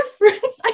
difference